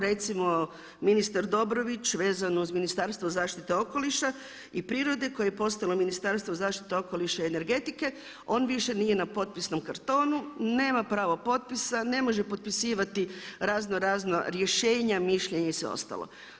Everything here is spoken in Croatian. Recimo ministar Dobrović vezano uz Ministarstvo zaštite okoliša i prirode koje je postalo Ministarstvo zaštite okoliša i energetike on više nije na potpisnom kartonu, nema pravo potpisa, ne može potpisivati razno razna rješenja, mišljenje i sve ostalo.